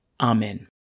Amen